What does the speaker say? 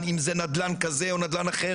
אם זה נדל"ן כזה או נדל"ן אחר,